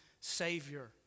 Savior